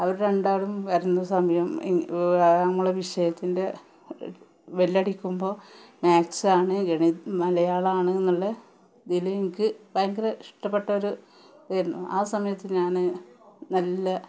അവര് രണ്ടാളും വരുന്ന സമയം ഞങ്ങളെ വിഷയത്തിന്റെ ബെല്ലടിക്കുമ്പോള് മാത്സാണ് മലയാളമാണ് എന്നുള്ള ഇതിലെനിക്ക് ഭയങ്കര ഇഷ്ട്ടപ്പെട്ടൊരു ഇരുന്നു ആ സമയത്ത് ഞാന് നല്ല